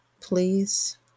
please